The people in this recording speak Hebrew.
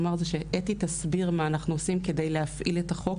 אתי תסביר מה אנחנו עושים כדי להפעיל את החוק